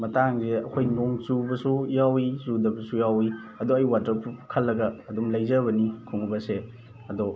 ꯃꯇꯥꯡꯁꯦ ꯑꯩꯈꯣꯏ ꯅꯣꯡ ꯆꯨꯕꯁꯨ ꯌꯥꯎꯋꯤ ꯆꯨꯗꯕꯁꯨ ꯌꯥꯎꯋꯤ ꯑꯗꯣ ꯑꯩ ꯋꯥꯇꯔ ꯄ꯭ꯔꯨꯞ ꯈꯜꯂꯒ ꯑꯗꯨꯝ ꯂꯩꯖꯕꯅꯤ ꯈꯣꯡꯎꯞ ꯑꯁꯦ ꯑꯗꯣ